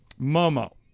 Momo